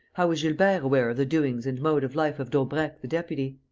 how was gilbert aware of the doings and mode of life of daubrecq the deputy?